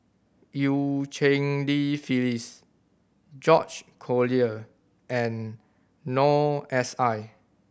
Eu Cheng Li Phyllis George Collyer and Noor S I